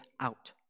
out